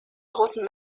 großen